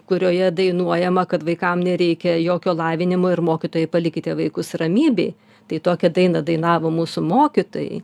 kurioje dainuojama kad vaikam nereikia jokio lavinimo ir mokytojai palikite vaikus ramybėj tai tokią dainą dainavo mūsų mokytojai